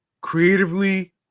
creatively